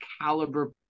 caliber